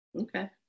okay